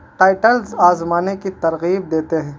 titles آزمانے کی ترغیب دیتے ہیں